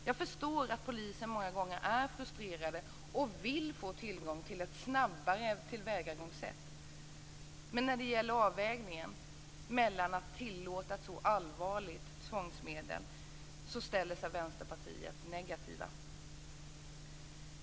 Jag förstår att polisen många gånger är frustrerad och vill få tillgång till ett snabbare tillvägagångssätt. Men i avvägningen när det gäller att tillåta ett så allvarligt tvångsmedel ställer sig Vänsterpartiet negativt.